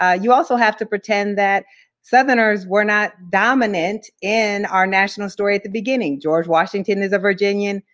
ah you also have to pretend that southerners were not dominant in our national story at the beginning. george washington is a virginian,